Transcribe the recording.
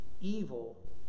evil